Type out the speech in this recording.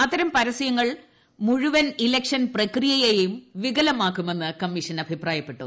അത്തരം പരസൃങ്ങൾ മുഴുവൻ ഇലക്ഷൻ പ്രക്രിയയെയും വികലമാക്കുമെന്ന് കമ്മീഷൻ അഭിപ്രായപ്പെട്ടു